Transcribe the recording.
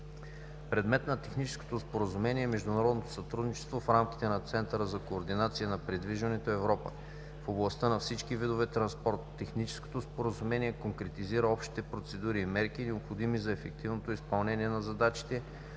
Предмет на Техническотo споразумение е международното сътрудничество в рамките на Центъра за координация на придвижването „Европа” в областта на всички видове транспорт. Техническото споразумение конкретизира общите процедури и мерки, необходими за ефективно изпълнение на задачите,